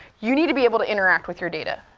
you need to be able to interact with your data.